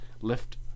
lift